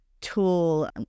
tool